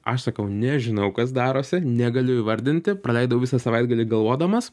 aš sakau nežinau kas darosi negaliu įvardinti praleidau visą savaitgalį galvodamas